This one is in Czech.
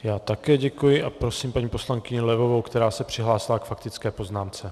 Já také děkuji a prosím paní poslankyni Levovou, která se přihlásila k faktické poznámce.